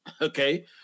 okay